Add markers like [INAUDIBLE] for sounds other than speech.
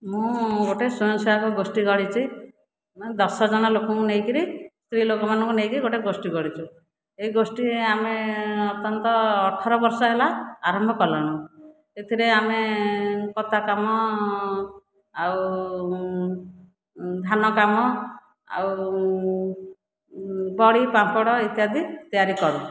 ମୁଁ ଗୋଟିଏ ସ୍ଵୟଂସହାୟକ ଗୋଷ୍ଠୀ ଗଢ଼ିଛି ଦଶଜଣ ଲୋକଙ୍କୁ ନେଇକରି ସ୍ତ୍ରୀଲୋକମାନଙ୍କୁ ନେଇକି ଗୋଷ୍ଠୀ ଗଢ଼ିଛୁ ଏହି ଗୋଷ୍ଠୀ ଆମେ [UNINTELLIGIBLE] ଅଠର ବର୍ଷ ହେଲା ଆମେ ଆରମ୍ଭ କଲୁଣି ଏଥିରେ ଆମେ କତା କାମ ଆଉ ଧାନ କାମ ଆଉ ବଡ଼ି ପାମ୍ପଡ଼ ଇତ୍ୟାଦି ତିଆରିକରୁ